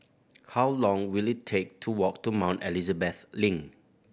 how long will it take to walk to Mount Elizabeth Link